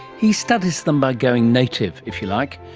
he studies them by going native, if you like,